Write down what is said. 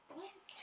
what